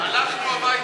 הלכנו הביתה.